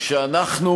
שאנחנו